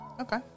Okay